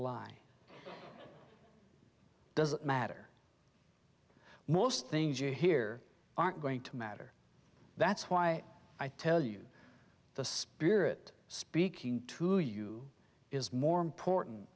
lie doesn't matter most things you here aren't going to matter that's why i tell you the spirit speaking to you is more important